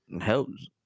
helps